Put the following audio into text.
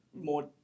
more